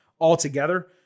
altogether